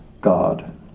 God